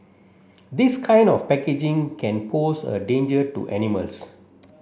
this kind of packaging can pose a danger to animals